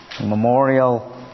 memorial